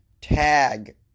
Tag